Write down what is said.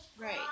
right